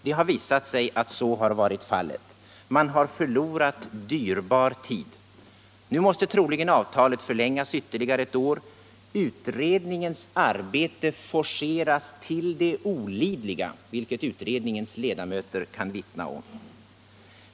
Det har visat sig att så har blivit fallet, och dyrbar tid har förlorats. Nu måste troligen avtalet förlängas ytterligare ett år. Utredningens arbete forceras till det olidliga, vilket utredningens ledamöter kan vittna om.